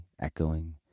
echoing